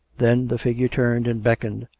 then the figure turned and beckoned,